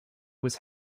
was